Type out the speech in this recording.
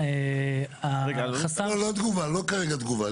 לא כרגע תגובה.